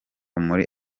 muri